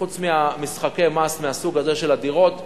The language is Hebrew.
חוץ ממשחקי המס מהסוג הזה של הדירות,